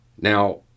Now